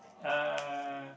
uh